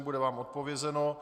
Bude vám odpovězeno.